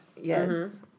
Yes